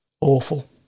Awful